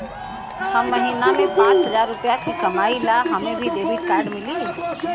हम महीना में पाँच हजार रुपया ही कमाई ला हमे भी डेबिट कार्ड मिली?